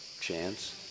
chance